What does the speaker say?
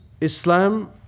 Islam